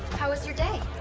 how was your day?